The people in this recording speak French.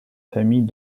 famille